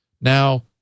Now